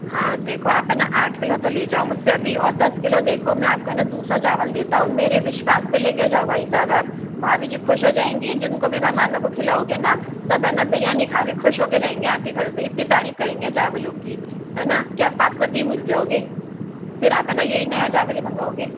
हाँ देखो आप है ना आठ किलो तो ले जाओ मुझसे अभी और दस किलो देखो मैं आपको है ना दूसरा चावल देता हूँ मेरे विश्वास पे लेके जाओ भाई साहब आप भाभी जी खुश हो जाएंगी जिनको भी मेहमानों को खिलाओगे ना सब है ना बिरयानी खा के खुश होके जाएंगे आपके घर से इतनी तारीफ करेंगे जा वो लोग की है ना क्या बासमती भूल जाओगे फिर आप है ना यही नया मंगाओगे